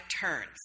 turns